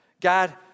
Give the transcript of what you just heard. God